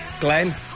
Glenn